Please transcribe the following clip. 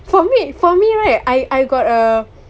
for me for me right I I got a